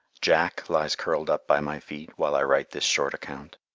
jack lies curled up by my feet while i write this short account.